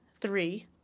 three